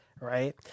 right